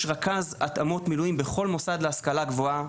יש רכז התאמות מילואים בכל מוסד להשכלה גבוהה.